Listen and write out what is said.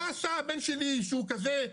מה עשה הבן שלי שהוא כזה?